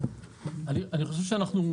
אני חושב שאנחנו,